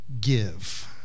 give